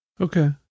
Okay